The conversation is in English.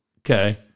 Okay